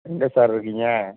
எங்கே சார் இருக்கீங்க